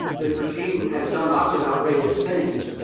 the regime has done lots of outrageous things.